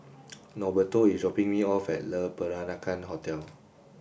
Norberto is dropping me off at Le Peranakan Hotel